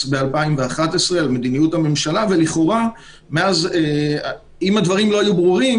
מ-2011 על מדיניות הממשלה ולכאורה אם הדברים לא היו ברורים,